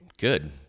good